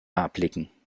erblicken